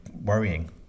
worrying